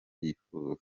yifuza